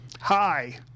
Hi